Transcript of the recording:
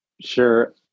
Sure